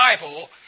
Bible